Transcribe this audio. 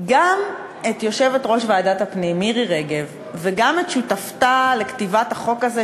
גם את יושבת-ראש ועדת הפנים מירי רגב וגם את שותפתה לכתיבת החוק הזה,